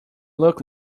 look